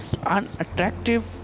Unattractive